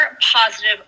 positive